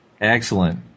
Excellent